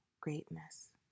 greatness